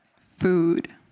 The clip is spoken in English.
Food